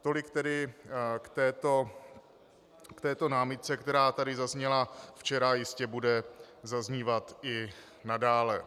Tolik tedy k této námitce, která tady zazněla včera a jistě bude zaznívat i nadále.